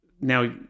Now